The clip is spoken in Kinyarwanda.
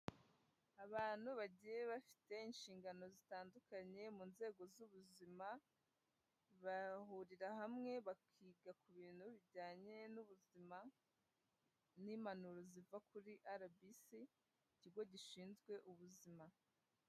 Abantu bagiye bafite inshingano zitandukanye mu nzego z'ubuzima, bahurira hamwe bakiga ku bintu bijyanye n'ubuzima n'impanuro ziva kuri RBC, ikigo gishinzwe ubuzima.